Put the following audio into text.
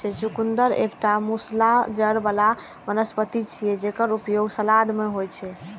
चुकंदर एकटा मूसला जड़ बला वनस्पति छियै, जेकर उपयोग सलाद मे होइ छै